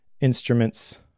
instruments